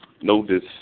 Notice